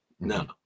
no